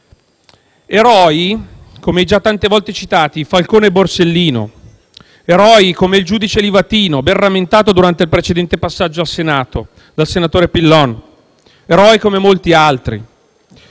Eroi - penso ai già tante volte citati Falcone e Borsellino e anche al giudice Livatino, ben rammentato durante il precedente passaggio al Senato dal senatore Pillon - che, come molti altri,